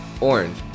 Orange